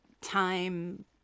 time